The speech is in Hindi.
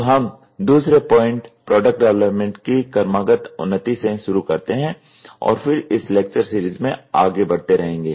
तो हम दूसरे पॉइंट प्रोडक्ट डेवलपमेंट की क्रमागत उन्नति से शुरू करते हैं और फिर इस लेक्चर सीरीज में आगे बढ़ते रहेंगे